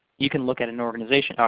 you can look at an organization,